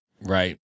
Right